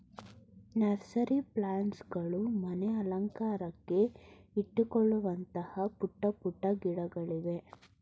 nursery plants ಗಳು ಮನೆ ಅಲಂಕಾರಕ್ಕೆ ಇಟ್ಟುಕೊಳ್ಳುವಂತಹ ಪುಟ್ಟ ಪುಟ್ಟ ಗಿಡಗಳಿವೆ